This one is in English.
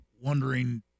wondering